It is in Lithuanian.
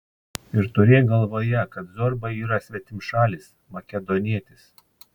ir turėk galvoje kad zorba yra svetimšalis makedonietis